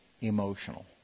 emotional